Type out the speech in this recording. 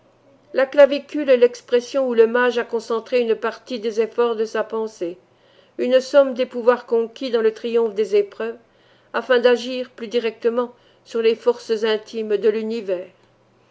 la clavicule est l'expression où le mage a concentré une partie des efforts de sa pensée une somme des pouvoirs conquis dans le triomphe des épreuves afin d'agir plus directement sur les forces intimes de l'univers